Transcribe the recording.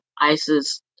ISIS